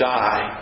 die